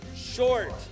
Short